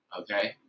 okay